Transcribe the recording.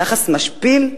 יחס משפיל?